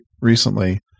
recently